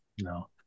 No